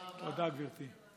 תודה, גברתי.